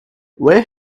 where